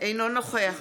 אינו נוכח